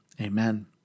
Amen